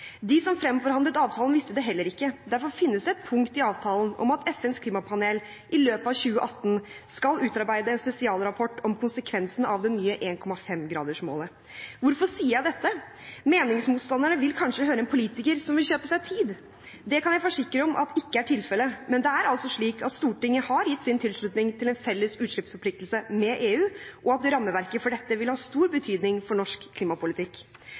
De som fremforhandlet avtalen, visste det heller ikke. Derfor finnes det et punkt i avtalen om at FNs klimapanel i løpet av 2018 skal utarbeide en spesialrapport om konsekvensene av det nye 1,5-gradersmålet. Hvorfor sier jeg dette? Meningsmotstanderne vil kanskje høre en politiker som vil kjøpe seg tid. Det kan jeg forsikre om at ikke er tilfellet, men det er altså slik at Stortinget har gitt sin tilslutning til en felles utslippsforpliktelse med EU, og at rammeverket for dette vil ha stor betydning for norsk klimapolitikk.